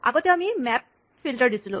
আগতে আমি map filter দিছিলোঁ